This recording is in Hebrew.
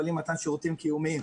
למפעלים למתן שירותים קיומיים.